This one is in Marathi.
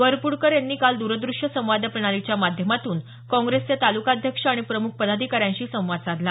वरपुडकर यांनी काल दूरदृश्य संवाद प्रणालीच्या माध्यमातून काँग्रेसचे तालुकाध्यक्ष आणि प्रमुख पदाधिकाऱ्यांशी संवाद साधला